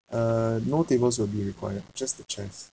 uh no tables will be required just the chairs